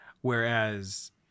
whereas